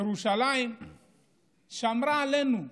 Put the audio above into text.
ירושלים שמרה עלינו,